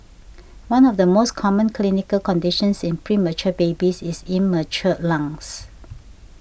one of the most common clinical conditions in premature babies is immature lungs